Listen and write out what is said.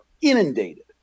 inundated